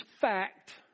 fact